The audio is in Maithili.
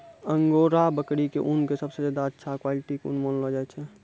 अंगोरा बकरी के ऊन कॅ सबसॅ ज्यादा अच्छा क्वालिटी के ऊन मानलो जाय छै